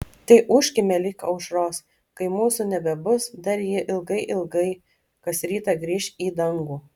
tai ūžkime lig aušros kai mūsų nebebus dar ji ilgai ilgai kas rytą grįš į dangų